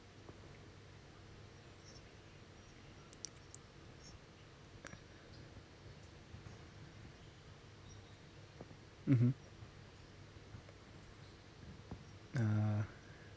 mmhmm ah